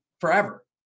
forever